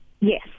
Yes